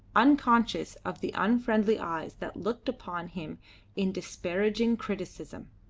unconscious of the unfriendly eyes that looked upon him in disparaging criticism.